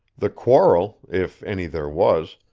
the quarrel, if any there was,